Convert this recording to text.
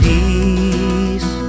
Peace